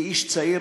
כאיש צעיר,